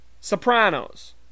Sopranos